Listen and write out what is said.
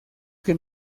que